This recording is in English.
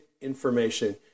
information